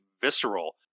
visceral